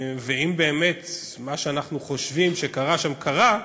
אם באמת מה שאנחנו חושבים שקרה שם, קרה,